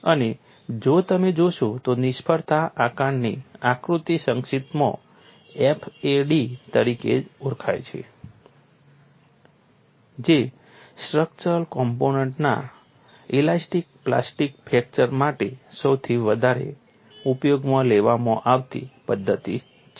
અને જો તમે જોશો તો નિષ્ફળતા આકારણી આકૃતિ સંક્ષિપ્તમાં FAD તરીકે ઓળખાય છે જે સ્ટ્રક્ચરલ કોમ્પોનન્ટ્સના ઇલાસ્ટિક પ્લાસ્ટિક ફ્રેક્ચર માટે સૌથી વધારે ઉપયોગમાં લેવામાં આવતી પદ્ધતિ છે